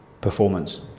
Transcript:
Performance